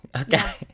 Okay